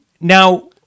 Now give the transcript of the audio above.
now